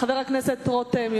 חבר הכנסת רותם,